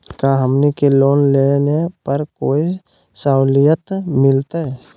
का हमनी के लोन लेने पर कोई साहुलियत मिलतइ?